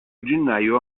gennaio